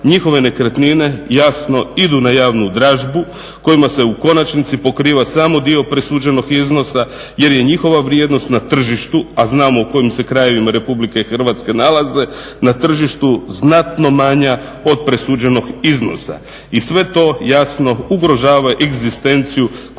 njihove nekretnine jasno idu na javnu dražbu kojima se u konačnici pokriva samo dio presuđenog iznosa jer je njihova vrijednost na tržištu, a znamo u kojim se krajevima RH nalaze, na tržištu znatno manja od presuđenog iznosa i sve to jasno ugrožava egzistenciju, kvalitetu